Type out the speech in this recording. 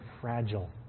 fragile